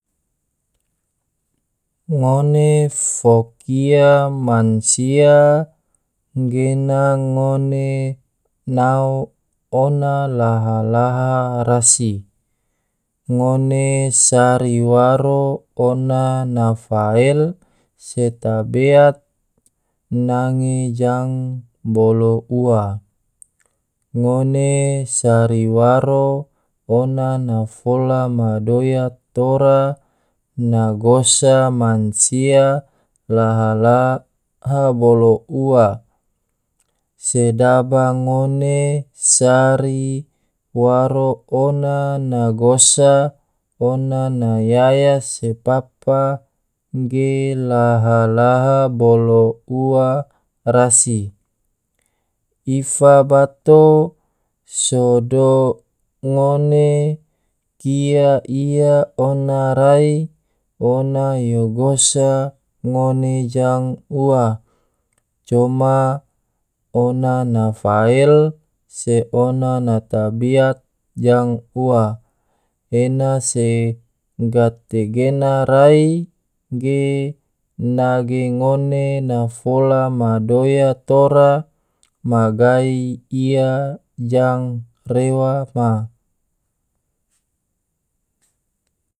Ngone fo kia mansia gena ngone nao ona laha-laha rasi, ngone sari waro ona na fael se tabeat nange jang bolo ua, ngone sari waro ona na fola ma doya tora na gosa mansia laha-laha bolo ua, sedaba ngone sari waro ona na gosa ona na yaya se papa ge laha-laha bolo ua rasi, ifa bato sodo ngone kia ia ona rai ona yo gosa ngone jang ua, coma ona na fael se ona na tabeat jang ua, ena se gate gena rai ge nage ngone na fola ma doya tora ma gai ia jang rewa ma.